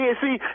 see